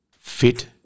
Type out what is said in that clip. fit